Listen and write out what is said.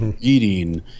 eating